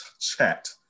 chat